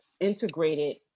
integrated